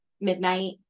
midnight